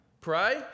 Pray